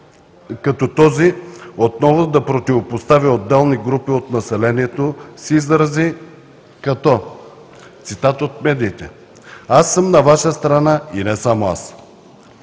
като този отново да противопоставя отделни групи от населението с изрази, цитат от медиите: „Аз съм на Ваша страна, и не само аз!“?